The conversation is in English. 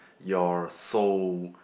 your soul